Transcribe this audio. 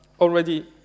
already